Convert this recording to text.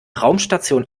raumstation